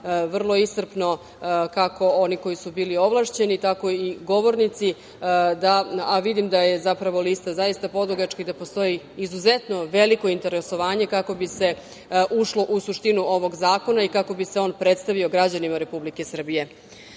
iscrpno kako oni koji su bili ovlašćeni tako i govornici, a vidim da je zapravo lista podugačka i da postoji izuzetno veliko interesovanje kako bi se ušlo u suštinu ovog zakona i kako bi se on predstavio građanima Republike